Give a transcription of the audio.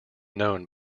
known